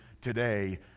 today